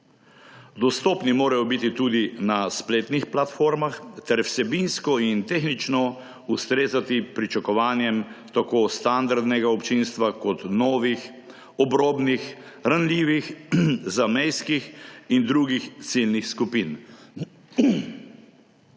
Dostopni morajo biti tudi na spletnih platformah ter vsebinsko in tehnično ustrezati pričakovanjem tako standardnega občinstva kot novih, obrobnih, ranljivih, zamejskih in drugih ciljnih skupin.